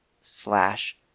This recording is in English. slash